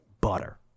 butter